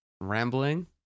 rambling